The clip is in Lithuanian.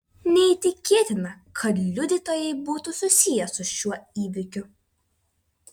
neįtikėtina kad liudytojai būtų susiję su šiuo įvykiu